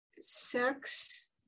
sex